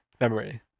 memory